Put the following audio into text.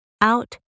out